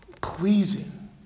pleasing